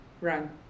run